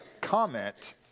comment